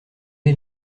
est